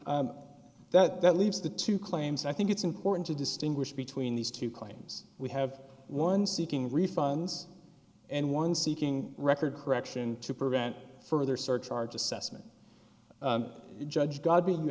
that leaves the two claims i think it's important to distinguish between these two claims we have one seeking refunds and one seeking record correction to prevent further surcharge assessment judge go